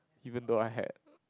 even though I had